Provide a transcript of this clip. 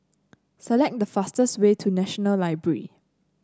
select the fastest way to National Library